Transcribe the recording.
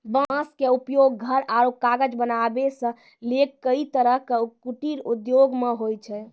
बांस के उपयोग घर आरो कागज बनावै सॅ लैक कई तरह के कुटीर उद्योग मॅ होय छै